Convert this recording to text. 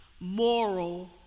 moral